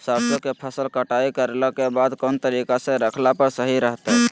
सरसों के फसल कटाई करला के बाद कौन तरीका से रखला पर सही रहतय?